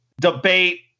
debate